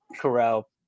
Corral